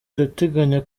irateganya